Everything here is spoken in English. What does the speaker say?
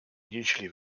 usually